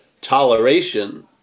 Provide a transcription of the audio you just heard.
toleration